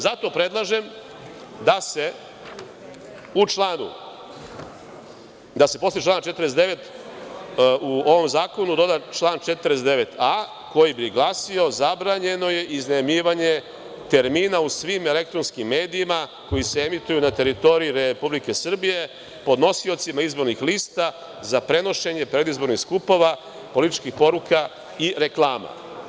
Zato predlažem da se posle člana 49. u ovom zakonu, doda član 49a, koji bi glasio – zabranjeno je iznajmljivanje termina u svim elektronskim medijima koji se emituju na teritoriji Republike Srbije, podnosiocima izbornih lista za prenošenje predizbornih skupova, političkih poruka i reklama.